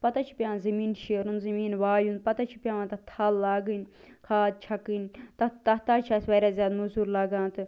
پتہٕ حظ چھُ پیٚوان زمیٖن شیرُن زمیٖن وایُن پتہٕ حظ چھِ پیٚوان تتھ تھل لاگٕنۍ کھاد چھکٕنۍ تتھ تتھ تہٕ حظ چھِ اسہِ وارِیاہ زیادٕ مزوٗر لگان تہٕ